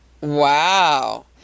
wow